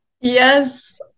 yes